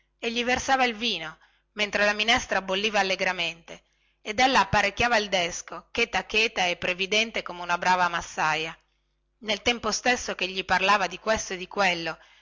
e gli versava il vino metteva a bollire la minestra apparecchiava il desco cheta cheta e previdente come una brava massaia nel tempo stesso che gli parlava di questo e di quello